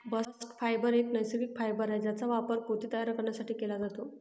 bast fibre एक नैसर्गिक fibre आहे ज्याचा वापर पोते तयार करण्यासाठी केला जातो